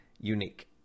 unique